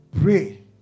pray